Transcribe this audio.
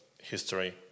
history